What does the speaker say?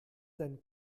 denn